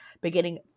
beginning